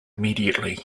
immediately